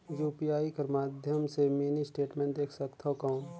UPI कर माध्यम से मिनी स्टेटमेंट देख सकथव कौन?